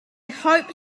hope